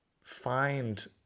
find